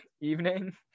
evening